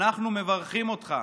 אנחנו מברכים אותך,